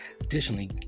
Additionally